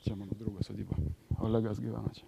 čia mano draugo sodyba olegas gyvena čia